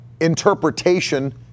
interpretation